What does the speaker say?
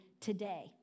today